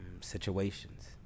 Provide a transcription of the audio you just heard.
situations